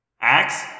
Axe